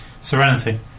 Serenity